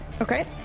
Okay